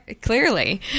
Clearly